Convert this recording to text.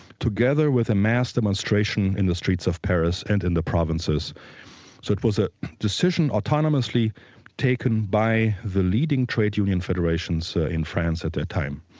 together with a mass demonstration in the streets of paris and in the provinces. so it was a decision autonomously taken by the leading trade union federations in france at that time.